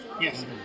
Yes